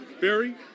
Barry